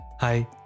Hi